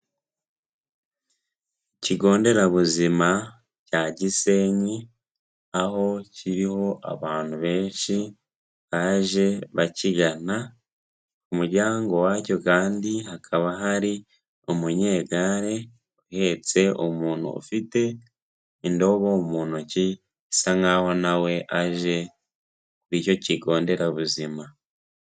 Ikigo nderabuzima cya Gisenyi, aho kiriho abantu benshi baje bakigana, ku muryango wacyo kandi hakaba hari umunyegare uhetse umuntu ufite indobo mu ntoki, usa nk'aho na we aje kuri icyo kigo Nderabuzima.